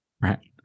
Right